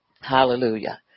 hallelujah